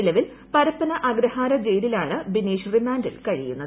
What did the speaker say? നിലവിൽ പരപ്പന അഗ്രഹാര ജയിലിലാണ് ബിനീഷ് റിമാന്റിൽ കഴിയുന്നത്